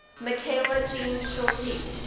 mikayla jean schulti.